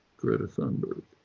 greta thunberg,